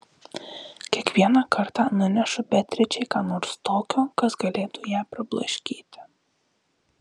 kiekvieną kartą nunešu beatričei ką nors tokio kas galėtų ją prablaškyti